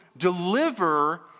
deliver